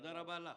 תודה רבה לך.